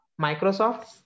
Microsoft